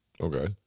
Okay